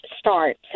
start